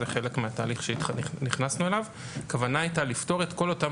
זה חלק מהתהליך שנכנסנו אליו הכוונה הייתה לפטור את כל אותם